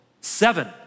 Seven